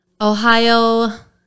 Ohio